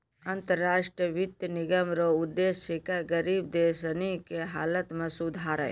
अन्तर राष्ट्रीय वित्त निगम रो उद्देश्य छिकै गरीब देश सनी के हालत मे सुधार